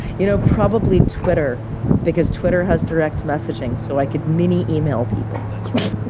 you know, probably twitter because twitter has direct-messaging, so i could mini-email people. that's right,